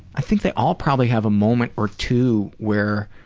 i think they all probably have a moment or two where